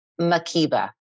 Makiba